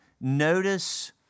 notice